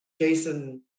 Jason